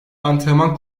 antrenman